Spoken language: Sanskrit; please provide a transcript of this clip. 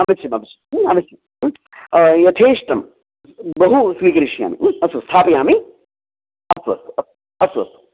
अवश्यम् अवश्यम् अवश्यम् यथेष्टं बहु स्वीकरिष्यामि अस्तु स्थापयामि अस्तु अस्तु अस्तु अस्तु अस्तु